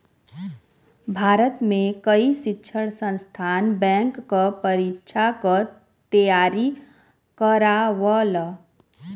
भारत में कई शिक्षण संस्थान बैंक क परीक्षा क तेयारी करावल